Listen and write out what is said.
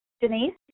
Denise